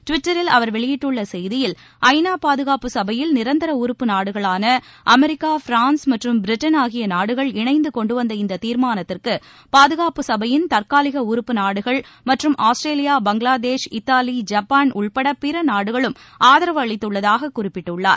டுவிட்டரில் அவர் வெளியிட்டுள்ள செய்தியில் ஐநா பாதுகாப்பு சடையில் நிரந்தர உறுப்பு நாடுகளான அமெரிக்கா பிரான்ஸ் மற்றம் பிரிட்டன் ஆகிய நாடுகள் இணைந்து கொண்டுவந்த இந்த தீர்மானத்திற்கு பாதுகாப்பு சபையில் தற்காலிக உறுப்பு நாடுகள் மற்றும் ஆஸ்திரேலியா பங்களாதேஷ் இத்தாலி ஜப்பான் உள்பட பிற நாடுகளும் ஆதரவு அளித்துள்ளதாக குறிப்பிட்டுள்ளார்